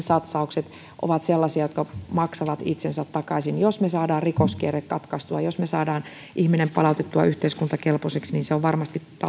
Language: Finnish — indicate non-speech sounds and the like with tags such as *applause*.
*unintelligible* satsaukset ovat sellaisia jotka maksavat itsensä takaisin jos me saamme rikoskierteen katkaistua jos me saamme ihmisen palautettua yhteiskuntakelpoiseksi se on varmasti